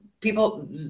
people